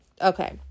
okay